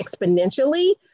exponentially